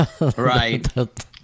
Right